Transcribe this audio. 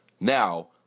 Now